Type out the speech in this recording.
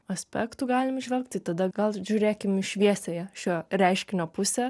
aspektų galim įžvelgt tai tada gal žiūrėkim į šviesiąją šio reiškinio pusę